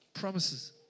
Promises